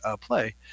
play